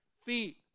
feet